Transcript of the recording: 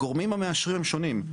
הגורמים המאשרים הם שונים.